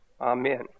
Amen